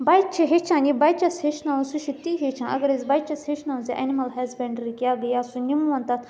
بَچہِ چھِ ہیٚچھان یہِ بَچَس ہیٚچھناو سُہ چھُ تی ہیٚچھان اَگر أسۍ بَچَس ہیٚچھنو زِ اینمٕل ہَسبنٛڈری کیٛاہ گٔے یا سُہ نِمون تَتھ